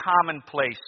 commonplace